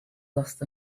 lost